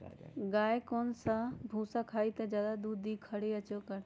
गाय कौन सा भूसा खाई त ज्यादा दूध दी खरी या चोकर?